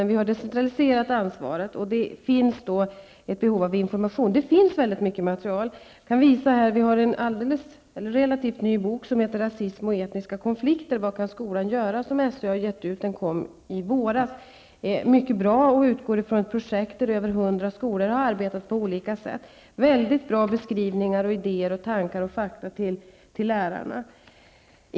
Herr talman! Jag är mycket väl medveten om det. Vi har decentraliserat ansvaret på detta område. Det finns ett behov av information, och det finns mycket material. Vi har en relativt ny bok som heter Rasism och etniska konflikter -- vad kan skolan göra?, som SÖ har gett ut. Den kom i våras. Den är mycket bra och utgår från ett projekt där över 100 skolor har arbetat på olika sätt. Där finns bra beskrivningar, idéer, tankar och fakta för lärarna.